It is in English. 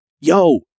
Yo